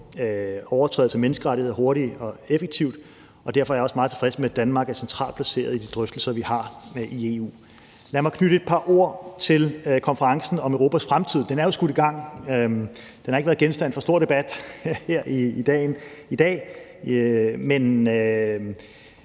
overtrædelse af menneskerettighederne hurtigt og effektivt, og derfor jeg også meget tilfreds med, at Danmark er centralt placeret i de drøftelser, vi har i EU. Lad mig knytte et par ord til konferencen om Europas fremtid; den er jo skudt i gang. Den har ikke været genstand for stor debat her i dag, men